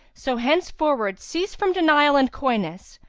so henceforward cease from denial and coyness,